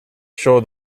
show